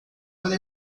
para